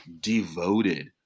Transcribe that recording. devoted